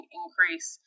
increase